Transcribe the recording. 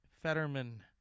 Fetterman